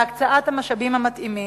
בהקצאת המשאבים המתאימים,